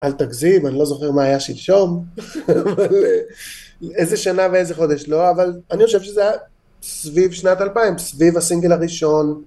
על תגזים, אני לא זוכר מה היה שלשום, איזה שנה ואיזה חודש, לא, אבל אני חושב שזה היה סביב שנת 2000, סביב הסינגל הראשון.